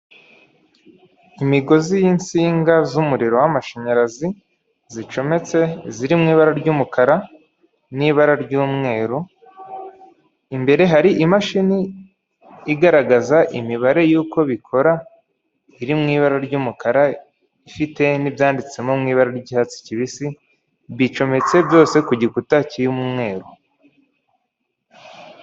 Imigozi y'insinga z'umuriro w'amashanyarazi zicometse ziri mu ibara ry'umukara n'ibara ry'umweru, imbere hari imashini igaragaza imibare y'uko bikora iri mu ibara ry'umukara ifite n'ibyanditsemo mu ibara ry'icyatsi kibisi. Bicometse byose ku gikuta kirimo umweru.